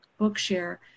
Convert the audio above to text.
Bookshare